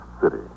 city